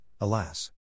Alas